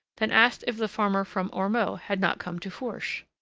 then asked if the farmer from ormeaux had not come to fourche.